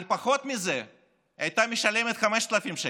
על פחות מזה היא הייתה משלת 5,000 שקל.